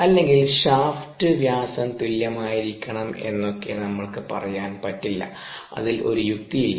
അല്ലെങ്കിൽ ഷാഫ്റ്റ് വ്യാസം തുല്യമായിരിക്കണം എന്നൊക്കെ നമ്മൾക്ക് പറയാൻ പറ്റില്ല അതിൽ ഒരു യുക്തിയില്ല